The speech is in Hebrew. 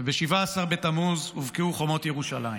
וב-17 בתמוז הובקעו חומות ירושלים.